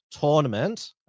tournament